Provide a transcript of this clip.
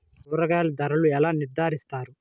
కూరగాయల ధరలు ఎలా నిర్ణయిస్తారు?